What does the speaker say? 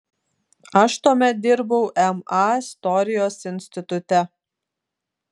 aš tuomet dirbau ma istorijos institute